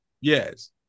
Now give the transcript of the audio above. Yes